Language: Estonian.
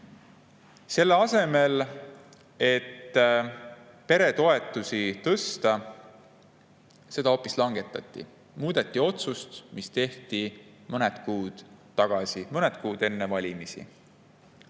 Selle asemel et peretoetust suurendada, seda hoopis vähendati. Muudeti otsust, mis tehti mõned kuud tagasi, mõned kuud enne valimisi. Siit